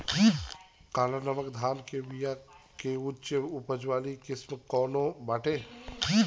काला नमक धान के बिया के उच्च उपज वाली किस्म कौनो बाटे?